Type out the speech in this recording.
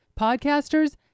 Podcasters